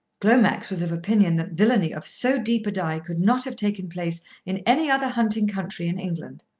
glomax was of opinion that villainy of so deep a dye could not have taken place in any other hunting country in england.